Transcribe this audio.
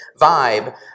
vibe